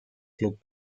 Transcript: club